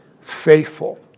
faithful